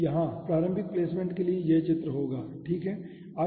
तो यहाँ प्रारंभिक प्लेसमेंट के लिए यह चित्र होगा ठीक है